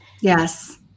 Yes